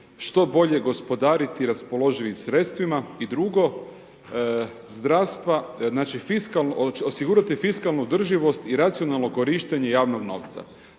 što bolje gospodare raspoloživim sredstvima odnosno on traži fiskalnu održivost i racionalno korištenje javnog novca.